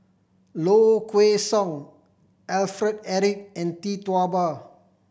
Low Kway Song Alfred Eric and Tee Tua Ba